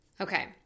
Okay